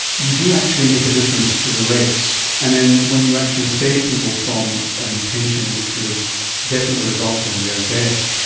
you do actually make a difference to the rates. and then when you actually save people from an intention which would have definitely resulted in their death,